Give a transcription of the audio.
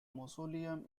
mausoleum